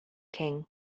king